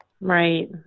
Right